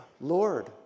Lord